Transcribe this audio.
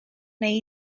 neu